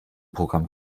programm